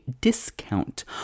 discount